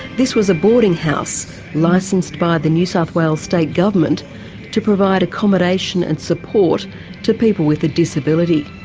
this was a boarding house licensed by the new south wales state government to provide accommodation and support to people with a disability.